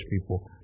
people